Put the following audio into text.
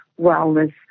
wellness